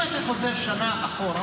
אם אתה חוזר שנה אחורה,